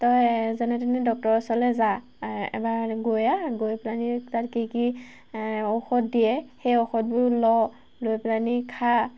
তই যেনে তেনে ডক্তৰৰ ওচৰলৈ যা এবাৰ গৈ আহ গৈ পেলানি তাত কি কি ঔষধ দিয়ে সেই ঔষধবোৰ ল লৈ পেলানি খা